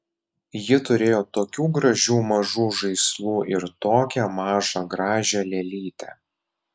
ji turėjo tokių gražių mažų žaislų ir tokią mažą gražią lėlytę